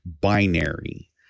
binary